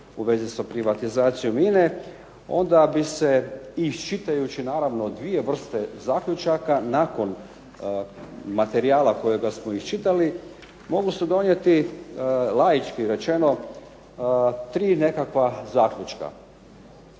u vezi sa privatizacijom INA-e onda bi se i čitajući naravno 2 vrste zaključaka nakon materijala kojega smo iščitali moglo se donijeti laički rečeno 3 nekakva zaključka.